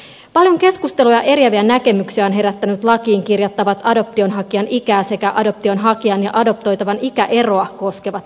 paljon keskustelua ja eriäviä näkemyksiä on herättänyt lakiin kirjattavat adoptionhakijan ikää sekä adoptionhakijan ja adoptoitavan ikäeroa koskevat vaatimukset